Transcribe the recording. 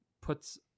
Puts